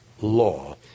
law